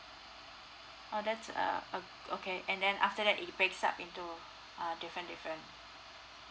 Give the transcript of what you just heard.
oh that's err uh okay and then after that it breaks up into uh different different